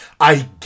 I-